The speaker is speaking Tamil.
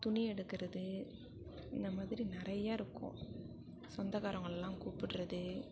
துணி எடுக்குறது இந்த மாதிரி நிறையா இருக்கும் சொந்தக்காரவங்கள்லாம் கூப்பிட்றது